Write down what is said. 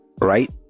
right